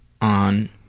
on